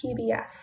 PBS